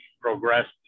progressed